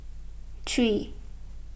three